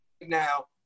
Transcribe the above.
now